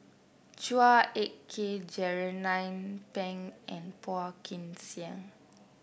Chua Ek Kay Jernnine Pang and Phua Kin Siang